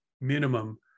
minimum